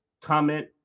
comment